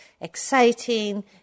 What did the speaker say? exciting